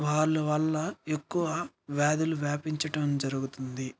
వాళ్ళ వల్ల ఎక్కువ వ్యాధులు వ్యాపించటం జరుగుతుంది